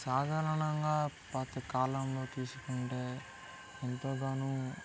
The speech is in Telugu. సాదాలనంగా పాత కాలంలో తీసుకుంటే ఎంతోగాను